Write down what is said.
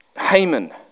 Haman